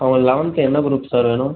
அவங்க லெவன்த்து என்ன group sir வேணும்